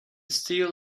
steel